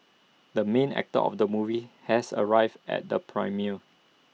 the main actor of the movie has arrived at the premiere